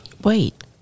wait